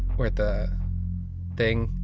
where the thing,